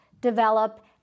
develop